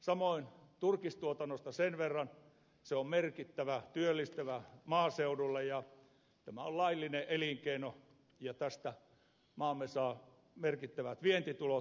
samoin turkistuotannosta sen verran että se on merkittävä työllistäjä maaseudulla ja tämä on laillinen elinkeino ja tästä maamme saa merkittävät vientitulot